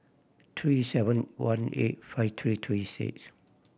three seven one eight five three three six